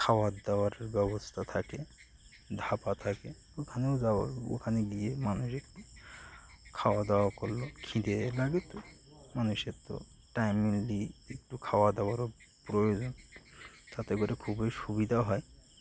খাবারদাবারের ব্যবস্থা থাকে ধাবা থাকে ওখানেও যাওয়া ওখানে গিয়ে মানুষ একটু খাওয়াদাওয়া করলো খিদে লাগে তো মানুষের তো টাইমলি একটু খাওয়াদাওয়ারও প্রয়োজন তাতে করে খুবই সুবিধা হয়